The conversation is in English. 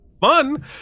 fun